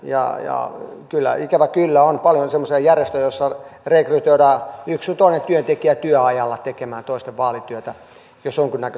ja ikävä kyllä on paljon semmoisia järjestöjä joissa rekrytoidaan yksi sun toinen työntekijä työajalla tekemään toisten vaalityötä jos jonkunnäköisellä tavalla